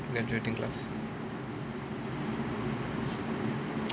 graduating class